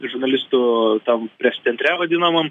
žurnalistų tam pres centre vadinamam